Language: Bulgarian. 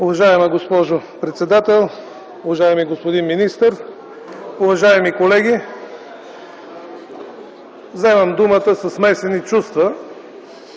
Уважаема госпожо председател, уважаеми господин министър, уважаеми колеги! Вземам думата със смесени чувства,